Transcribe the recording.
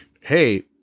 hey